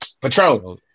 Patron